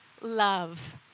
love